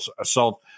assault